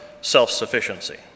self-sufficiency